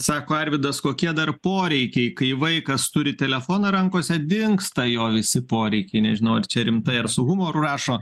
sako arvydas kokie dar poreikiai kai vaikas turi telefoną rankose dingsta jo visi poreikiai nežinau ar čia rimtai ar su humoru rašo